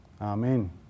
Amen